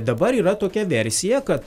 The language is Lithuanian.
dabar yra tokia versija kad